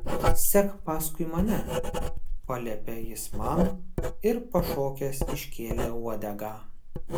sek paskui mane paliepė jis man ir pašokęs iškėlė uodegą